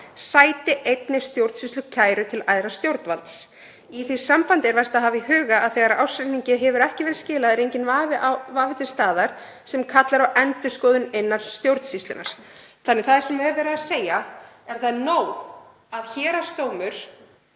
sæti einnig stjórnsýslukæru til æðra stjórnvalds. Í því sambandi er vert að hafa í huga að þegar ársreikningi hefur ekki verið skilað er enginn vafi til staðar sem kallar á endurskoðun innan stjórnsýslunnar.“ Það sem er verið að segja er að það er nóg að héraðsdómur